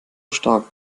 stark